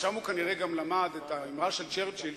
ושם הוא כנראה גם למד את האמרה של צ'רצ'יל,